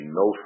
no